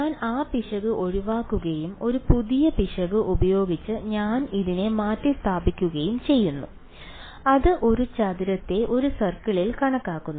ഞാൻ ആ പിശക് ഒഴിവാക്കുകയും ഒരു പുതിയ പിശക് ഉപയോഗിച്ച് ഞാൻ അതിനെ മാറ്റിസ്ഥാപിക്കുകയും ചെയ്യുന്നു അത് ഒരു ചതുരത്തെ ഒരു സർക്കിളിൽ കണക്കാക്കുന്നു